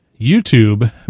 YouTube